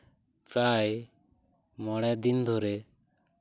ᱯᱨᱟᱭ ᱢᱚᱬᱮ ᱫᱤᱱ ᱫᱷᱚᱨᱮ